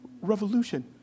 revolution